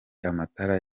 amatara